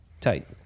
Tight